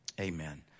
amen